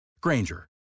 Granger